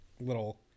little